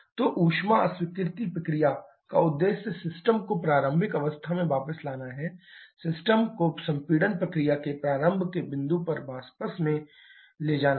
तो ऊष्मा अस्वीकृति प्रक्रिया का उद्देश्य सिस्टम को प्रारंभिक अवस्था में वापस लाना है सिस्टम को संपीड़न प्रक्रिया के प्रारंभ के बिंदु पर वापस स्थिति में ले जाना है